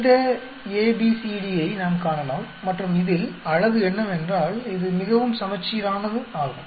இந்த A B C D ஐ நாம் காணலாம் மற்றும் இதில் அழகு என்னவென்றால் இது மிகவும் சமச்சீரானது ஆகும்